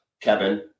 Kevin